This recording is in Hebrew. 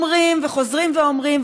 אומרים וחוזרים ואומרים,